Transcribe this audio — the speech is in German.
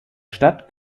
stadt